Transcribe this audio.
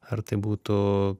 ar tai būtų